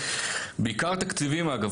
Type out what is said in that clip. בעיקר תקציביים אגב,